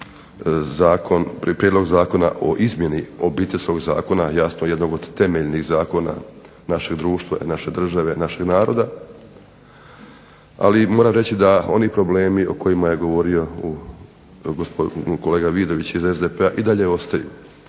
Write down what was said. Prijedlog zakona o izmjeni Obiteljskog zakona jasno jednog od temeljnih zakona našeg društva, naše države i našeg naroda ali moram reći da oni problemi o kojima je govorio kolega Vidović iz SDP-a i dalje ostaju.